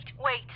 wait